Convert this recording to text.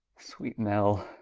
sweet nell,